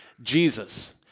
Jesus